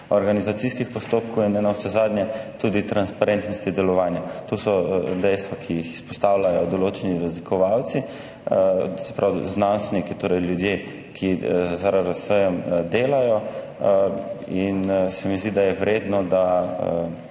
organizacijskih postopkov in navsezadnje tudi transparentnosti delovanja. To so dejstva, ki jih izpostavljajo določeni raziskovalci, se pravi znanstveniki, torej ljudje, ki z ARRS delajo. In se mi zdi, da je vredno, da